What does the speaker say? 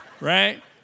right